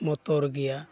मटर गैया